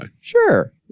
Sure